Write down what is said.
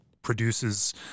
produces